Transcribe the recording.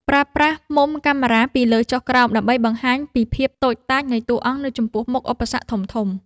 ប្រើប្រាស់មុំកាមេរ៉ាពីលើចុះក្រោមដើម្បីបង្ហាញពីភាពតូចតាចនៃតួអង្គនៅចំពោះមុខឧបសគ្គធំៗ។